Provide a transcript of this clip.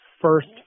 first